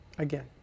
Again